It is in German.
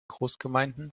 großgemeinden